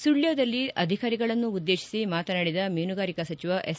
ಸುಳ್ನದಲ್ಲಿ ಅಧಿಕಾರಿಗಳನ್ನು ಉದ್ಗೇಶಿಸಿ ಮಾತನಾಡಿದ ಮೀನುಗಾರಿಕಾ ಸಚಿವ ಎಸ್